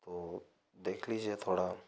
तो देख लीजिए थोड़ा